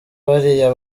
bariya